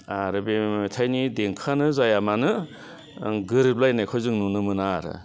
आरो बे मेथाइनि देंखोआनो जाया मानो गोरोबलायनायखौ जों नुनो मोना आरो